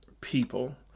people